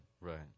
right